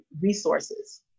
resources